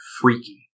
freaky